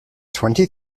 twenty